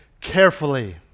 carefully